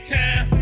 time